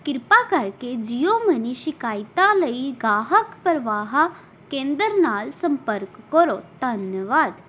ਕਿਰਪਾ ਕਰਕੇ ਜੀਓ ਮਨੀ ਸ਼ਿਕਾਇਤਾਂ ਲਈ ਗਾਹਕ ਪਰਵਾਹ ਕੇਂਦਰ ਨਾਲ ਸੰਪਰਕ ਕਰੋ ਧੰਨਵਾਦ